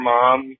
Mom